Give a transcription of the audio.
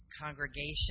congregation